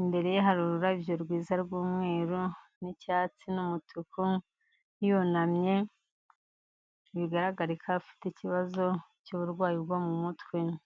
imbere ye hari ururabyo rwiza rw'umweru n'icyatsi n'umutuku, yunamye bigaragara ko afite ikibazo cy'uburwayi bwo mu mutwe.